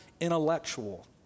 intellectual